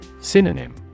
Synonym